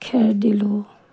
খেৰ দিলোঁ